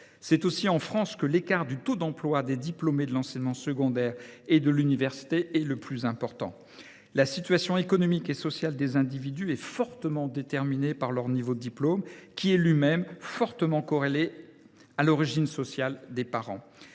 C’est aussi en France que l’écart entre le taux d’emploi des diplômés de l’enseignement secondaire et celui des diplômés de l’université est le plus important. La situation économique et sociale des individus est fortement déterminée par leur niveau de diplôme, qui est lui même fortement corrélé à l’origine sociale des parents.